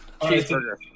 Cheeseburger